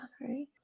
right